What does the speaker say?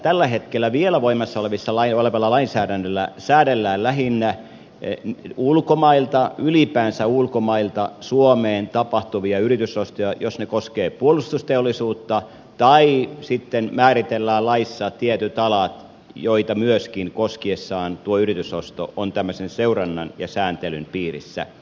tällä hetkellä vielä voimassa olevalla lainsäädännöllä säädellään lähinnä ulkomailta ylipäänsä ulkomailta suomeen tapahtuvia yritysostoja jos ne koskevat puolustusteollisuutta tai sitten määritellään laissa tietyt alat joita myöskin koskiessaan tuo yritysosto on tämmöisen seurannan ja sääntelyn piirissä